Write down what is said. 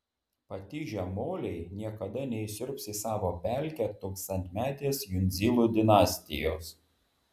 patižę moliai niekada neįsiurbs į savo pelkę tūkstantmetės jundzilų dinastijos